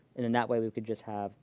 and then that way we could just have